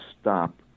stop